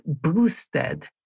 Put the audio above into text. boosted